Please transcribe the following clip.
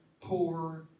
poor